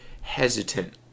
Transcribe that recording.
hesitant